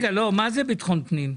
מה זה ביטחון פנים?